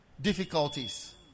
difficulties